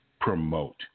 promote